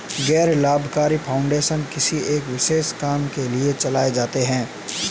गैर लाभकारी फाउंडेशन किसी एक विशेष काम के लिए चलाए जाते हैं